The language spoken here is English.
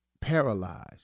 paralyzed